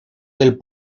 del